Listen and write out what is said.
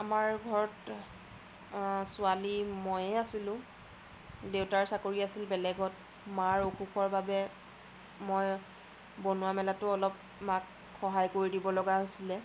আমাৰ ঘৰত ছোৱালী ময়ে আছিলোঁ দেউতাৰ চাকৰি আছিল বেলেগত মাৰ অসুখৰ বাবে মই বনোৱা মেলাতো অলপ মাক সহায় কৰি দিব লগা হৈছিলে